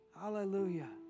Hallelujah